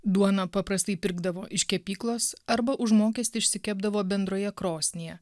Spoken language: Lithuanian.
duoną paprastai pirkdavo iš kepyklos arba už mokestį išsikepdavo bendroje krosnyje